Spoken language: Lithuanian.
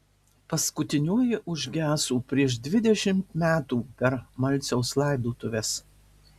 paskutinioji užgeso prieš dvidešimt metų per malciaus laidotuves